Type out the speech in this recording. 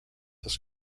this